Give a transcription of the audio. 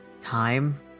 time